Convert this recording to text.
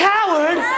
Coward